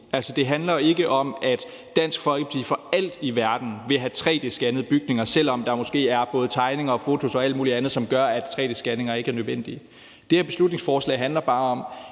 det handler ikke om, at Dansk Folkeparti for alt i verden vil have tre-d-scanninger af bygninger, selv om der måske er både tegninger, fotos og alt muligt andet, som gør, at tre-d-scanninger ikke er nødvendige. Det her beslutningsforslag handler bare om,